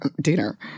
dinner